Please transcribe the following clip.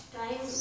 time